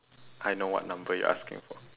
I know what number you're asking for